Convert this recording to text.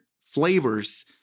flavors